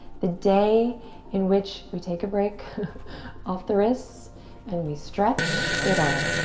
the day in which we take a break off the wrists and we stretch it all.